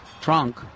trunk